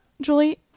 Julie